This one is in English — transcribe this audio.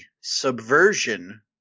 subversion